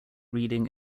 reading